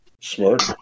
smart